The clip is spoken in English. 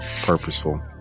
purposeful